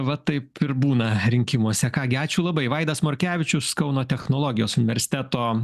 va taip ir būna rinkimuose ką gi ačiū labai vaidas morkevičius kauno technologijos universiteto